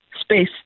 space